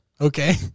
okay